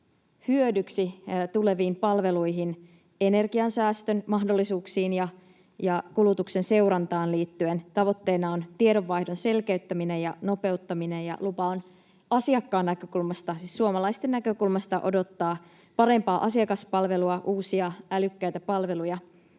hyödyksi tuleviin palveluihin, energiansäästön mahdollisuuksiin ja kulutuksen seurantaan. Tavoitteena on tiedonvaihdon selkeyttäminen ja nopeuttaminen, ja lupa on asiakkaan näkökulmasta, siis suomalaisten näkökulmasta, odottaa parempaa asiakaspalvelua, uusia älykkäitä palveluja,